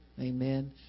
Amen